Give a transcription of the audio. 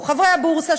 לא חברי הבורסה,